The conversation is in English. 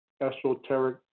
esoteric